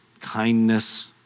kindness